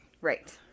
right